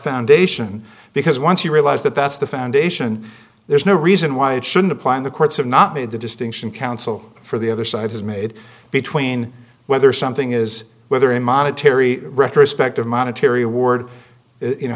foundation because once you realize that that's the foundation there's no reason why it shouldn't apply and the courts have not made the distinction counsel for the other side has made between whether something is whether in monetary retrospective monetary award you know